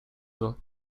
vent